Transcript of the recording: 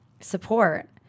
Support